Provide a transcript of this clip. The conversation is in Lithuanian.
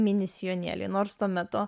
mini sijonėliai nors tuo metu